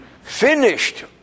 finished